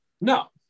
No